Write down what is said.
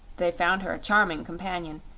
they found her a charming companion,